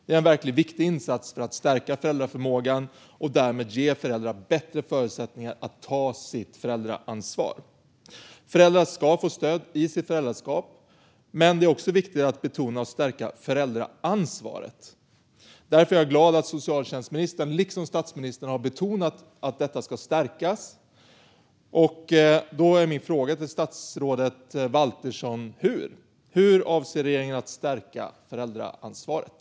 Det är en verkligt viktig insats för att stärka föräldraförmågan och därmed ge föräldrar bättre förutsättningar att ta sitt föräldraansvar. Föräldrar ska få stöd i sitt föräldraskap, men det är också viktigt att betona och stärka föräldraansvaret. Därför är jag glad att socialtjänstministern liksom statsministern har betonat att detta ska stärkas. Då är min fråga till statsrådet Camilla Waltersson Grönvall hur detta ska ske: Hur avser regeringen att stärka föräldraansvaret?